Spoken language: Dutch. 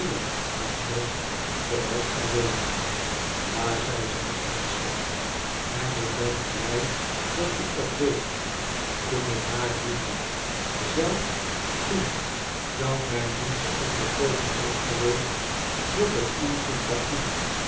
agnes zooals gij weet ja zei zij ernstig en ik ben blij dat ik dat weet toen ik haar liefhad zelfs toen zou mijn liefde onvolkomen zijn geweest zonder uw sympathie